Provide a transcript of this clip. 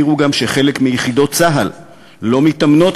המחיר הוא גם שחלק מיחידות צה"ל לא מתאמנות